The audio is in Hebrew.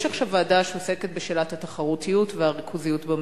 יש עכשיו ועדה שעוסקת בשאלת התחרותיות והריכוזיות במשק.